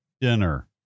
dinner